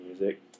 music